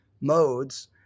modes